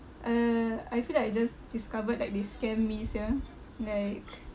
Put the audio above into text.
uh I feel like I just discovered like they scam me sia like